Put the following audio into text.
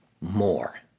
more